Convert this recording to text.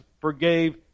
forgave